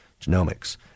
genomics